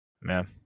man